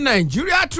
Nigeria